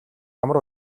ямар